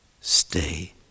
stay